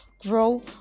grow